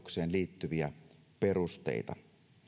tarkoitukseen liittyviä perusteita